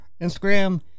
Instagram